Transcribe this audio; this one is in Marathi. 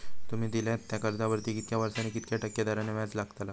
तुमि दिल्यात त्या कर्जावरती कितक्या वर्सानी कितक्या टक्के दराने व्याज लागतला?